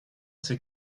c’est